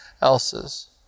else's